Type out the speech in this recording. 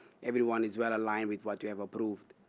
everyone is well aligned with what you have approved.